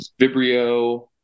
vibrio